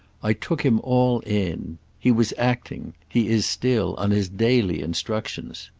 i took him all in. he was acting he is still on his daily instructions.